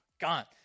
gone